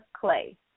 Clay